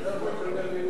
נתקבל.